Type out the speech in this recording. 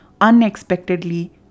unexpectedly